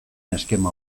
eskema